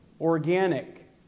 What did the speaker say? organic